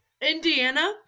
Indiana